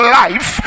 life